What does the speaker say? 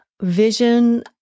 vision